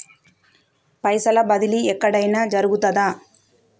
పైసల బదిలీ ఎక్కడయిన జరుగుతదా?